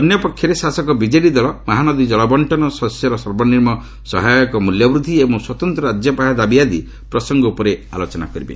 ଅନ୍ୟ ପକ୍ଷରେ ଶାସକ ବିଜେଡ଼ି ଦଳ ମହାନଦୀ ଜଳ ବର୍ଷ୍ଣନ ଶସ୍ୟର ସର୍ବନିମୁ ସହାୟକ ମୂଲ୍ୟ ବୃଦ୍ଧି ଏବଂ ସ୍ୱତନ୍ତ୍ର ରାଜ୍ୟପାହ୍ୟା ଦାବି ଆଦି ପ୍ରସଙ୍ଗ ଉପରେ ଆଲୋଚନା କରିପାରେ